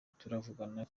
turavugana